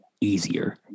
easier